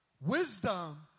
Wisdom